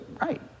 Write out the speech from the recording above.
right